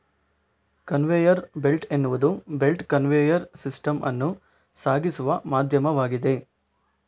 conveyor belt ಎನ್ನುವುದು belt conveyor system ಅನ್ನು ಸಾಗಿಸುವ ಮಾಧ್ಯಮವಾಗಿದೆ